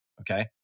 Okay